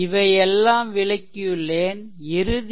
இவைஎல்லாம் விளக்கியுள்ளேன் இறுதியில் 2